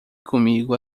comigo